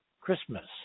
Christmas